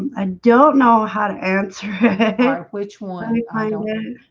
um and don't know how to answer it which one ah i don't know